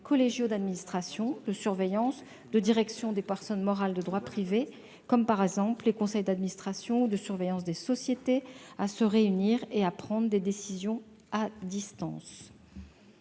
collégiaux d'administration, de surveillance ou de direction des personnes morales de droit privé, par exemple les conseils d'administration ou de surveillance des sociétés, à se réunir et à prendre des décisions à distance.